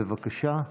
בבקשה.